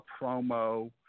promo